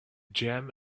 gem